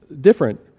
different